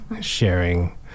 sharing